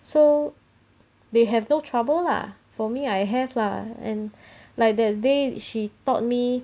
so they have no trouble lah for me I have lah and like that day she taught me